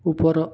ଉପର